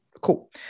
Cool